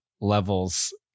levels